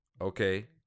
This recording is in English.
okay